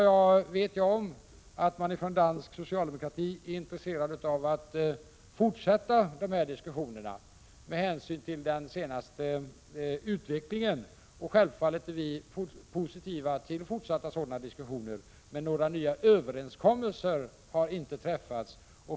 Jag vet om att man inom det danska socialdemokratiska partiet är intresserad av att fortsätta dessa diskussioner med hänsyn till den senaste utvecklingen, och självfallet är vi positiva till fortsatta sådana diskussioner. Men några nya överenskommelser har inte träffats.